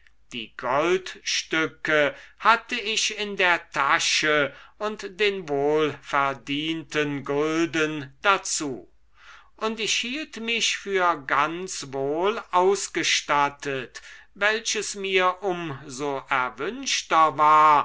die goldstücke hatte ich in der tasche und den wohlverdienten gulden dazu und ich hielt mich für ganz wohl ausgestattet welches mir um so erwünschter war